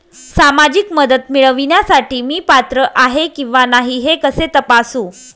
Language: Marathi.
सामाजिक मदत मिळविण्यासाठी मी पात्र आहे किंवा नाही हे कसे तपासू?